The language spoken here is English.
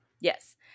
yes